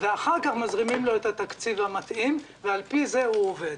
ואחר כך מזרימים לו את התקציב המתאים ועל פי זה הוא עובד.